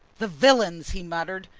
the villains! he muttered.